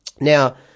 Now